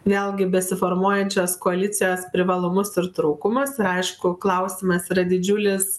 vėlgi besiformuojančios koalicijos privalumus ir trūkumus jau aišku klausimas yra didžiulis